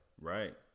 right